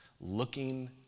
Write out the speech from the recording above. looking